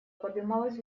поднималась